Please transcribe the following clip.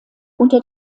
unter